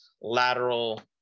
lateral